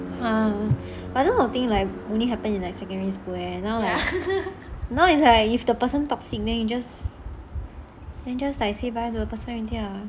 but this kind of thing only happened in like secondary school leh now like now is like if the person toxic then just like say bye to the person already lah